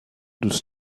دوست